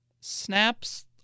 snaps